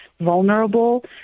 vulnerable